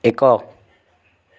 ଏକ